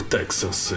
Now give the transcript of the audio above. Texas